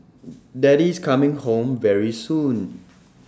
daddy's coming home very soon